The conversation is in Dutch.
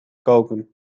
koken